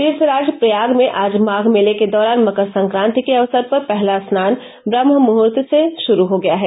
तीर्थराज प्रयाग में आज माघ मेले के दौरान मकर संक्रांति के अवसर पर पहला स्नान ब्रम्हमुहूर्त से शुरू हो गया है